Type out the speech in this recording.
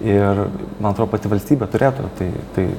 ir man atro pati valstybė turėtų tai tai